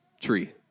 tree